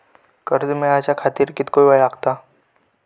कर्ज मेलाच्या खातिर कीतको वेळ लागतलो?